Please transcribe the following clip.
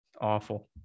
Awful